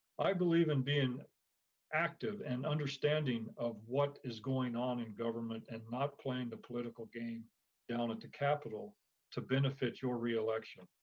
i believe in being active and understanding of what is going on in government and not playing the political game down at the capitol to benefit your reelection.